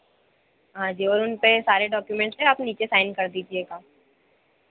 हाँ जी और उनपे सारे डॉक्युमेंट्स पे आप नीचे साइन कर दीजिएगा